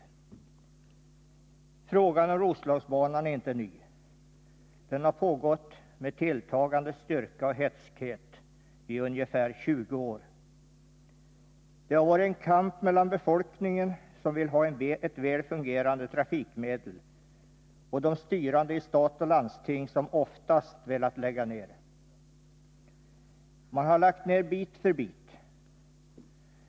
Frågan om Roslagsbanan är inte ny. Debatten har pågått med tilltagande styrka och hätskhet i ungefär 20 år. Det har varit en kamp mellan befolkningen, som vill ha ett väl fungerande trafikmedel, och de styrande i stat och landsting, som oftast velat lägga ner banan. Man har lagt ner bit för bit.